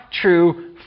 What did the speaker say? true